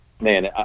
man